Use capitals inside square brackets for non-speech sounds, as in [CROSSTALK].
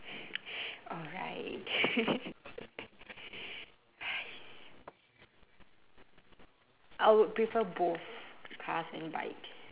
alright [LAUGHS] !hais! I would prefer both cars and bikes